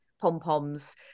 pom-poms